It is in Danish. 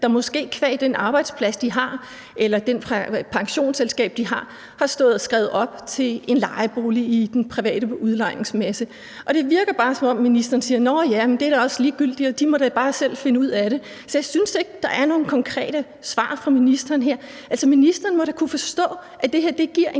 der måske qua den arbejdsplads, de har, eller qua det pensionsselskab, de har, har været skrevet op til en lejebolig i den private udlejningsmasse. Det virker bare, som om ministeren siger: Nå ja, men det er da også ligegyldigt, og de må da bare selv finde ud af det. Jeg synes ikke, der er nogen konkrete svar fra ministeren her. Ministeren må da kunne forstå, at det her giver en